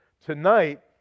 Tonight